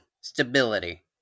stability